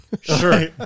Sure